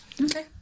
Okay